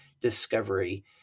discovery